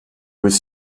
was